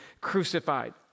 crucified